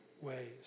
ways